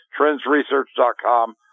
TrendsResearch.com